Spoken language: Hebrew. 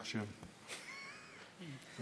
אני חושב,